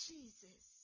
Jesus